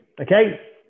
Okay